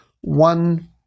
one